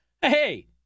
Hey